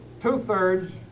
two-thirds